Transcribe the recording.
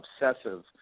obsessive